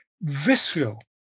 visceral